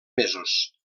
mesos